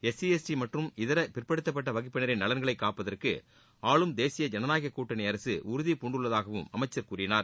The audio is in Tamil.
எஸ்சி எஸ்டி மற்றம் இதர பிற்படுத்தப்பட்ட வகுப்பினரின் நலன்களை காப்பதற்கு ஆளும் தேசிய ஜனநாயக கூட்டணி அரசு உறுதி பூண்டுள்ளதாகவும் அமைச்சர் கூறினார்